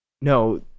No